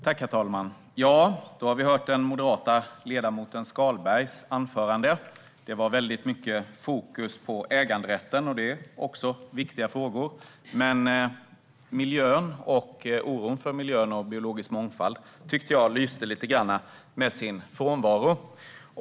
Herr talman! Då har vi hört den moderate ledamoten Skalberg Karlssons anförande. Det var mycket fokus på äganderätten. Det är också en viktig fråga. Men miljön, oron för miljön och biologisk mångfald lyste lite med sin frånvaro.